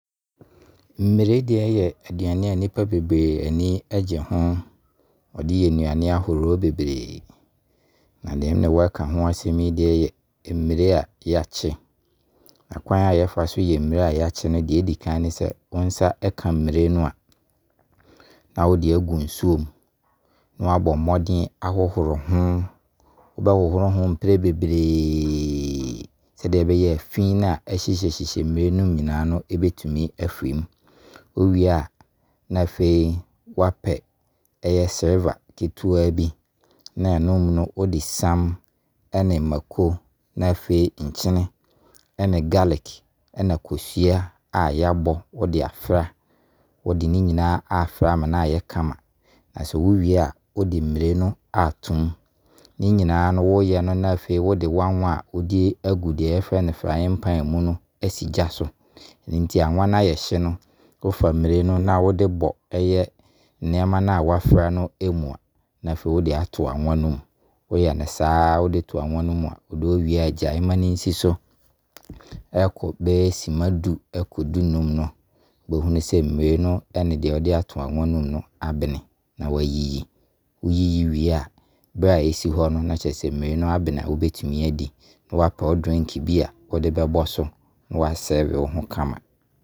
Mmire deɛ yɛ aduane a nipa bebree ani ɛgye ho. Wɔde ɛyɛ nnuane ahoroɔ bebree. Na deɛ me ne wo ɛka ho asem yi deɛ yɛ mmire a yɛakye. Na kwan a yɛfaso yɛ mmire a yɛakye yi, deɛ ɛdi kan ne sɛ, wo nsa ɛka mmire no a, na wo de agu nsuo mu. Na wabɔ mmɔden ahohoro ho, bɛhohoro ho mprɛ bebree sɛdeɛ ɛbɛyɛ a fii no a ɛhyehyɛ mmire no mu nyinaa no ɛbɛtumi afiri mu. Wo wei a na afei woapɛ ɛyɛ silver ketewa bi na ɛno mu no wode sam ɛne maako na afei nkyene ne garlic ɛne kosua yɛabɔ na wɔde afra. Wo de ne nyinaa afra ama no ayɛ kama. Na s[ wo wei a wo de mmire no ato mu. Ne nyinaa no wɔyɛ no na afei, wo de w'awan a wo de agu deɛ yɛfrɛ no frying pan mu no asi gya so. Nti awan no ayɛ hye no, wo fa mmire no a na wode bɔ ɛyɛ nneɛma a wɔafra no ɛmu a na afei wo de ato awan no mu. Wo yɛ no saa wo de to awan no mu a, wo deɛ wo wei gyae ma no nsi so, ɛkɛ bɛyɛ sima du ɛkɛ sima du nnum no wobɛhu sɛ mmire no ɛne deɛ wo de ato awan no mu no abene. Na wayiyi. Wo yiyi wie a berɛ a ɛsi hɔ no na kyerɛ sɛ mmire no abene a wobɛtumi adi. Na wo apɛ wo drink bi a wo de bɛbɔ so na 'wɔaserve' wo ho kama.